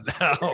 now